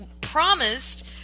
promised